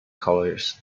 colours